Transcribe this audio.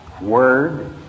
word